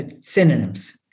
synonyms